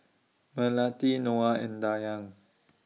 Melati Noah and Dayang